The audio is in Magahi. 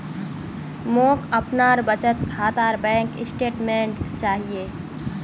मोक अपनार बचत खातार बैंक स्टेटमेंट्स चाहिए